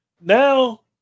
Now